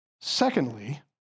secondly